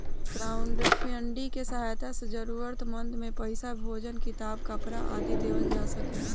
crowdfunding के सहायता से जरूरतमंद के पईसा, भोजन किताब, कपरा आदि देवल जा सकेला